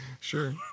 Sure